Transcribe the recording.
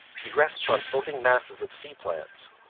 he rests on floating masses of sea plants.